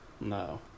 no